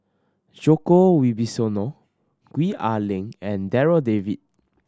Djoko Wibisono Gwee Ah Leng and Darryl David